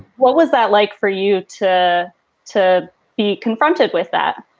what was that like for you to to be confronted with that?